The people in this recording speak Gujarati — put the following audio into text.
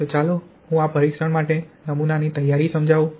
તો ચાલો હું આ પરીક્ષણ માટે નમૂનાની તૈયારી સમજાવું